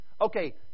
okay